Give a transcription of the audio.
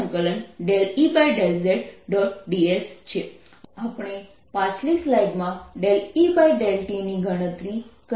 ds છે આપણે પાછલી સ્લાઇડમાં E∂t ગણતરી કરી છે